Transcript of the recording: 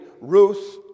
Ruth